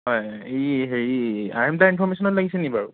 হয় এই হেৰি আই এম দা ইনফ্ৰৰমেছনত লাগিছে নি বাৰু